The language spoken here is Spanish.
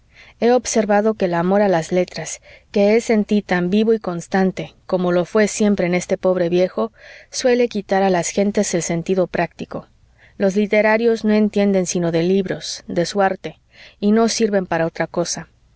he observado que el amor a las letras que es en tí tan vivo y constante como lo fué siempre en este pobre viejo suele quitar a las gentes el sentido práctico los literatos no entienden sino de libros de su arte y no sirven para otra cosa